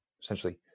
essentially